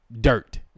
dirt